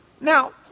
Now